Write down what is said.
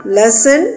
lesson